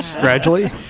gradually